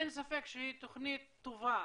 אין ספק שהיא תוכנית טובה,